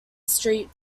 street